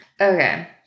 Okay